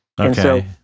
Okay